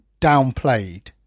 downplayed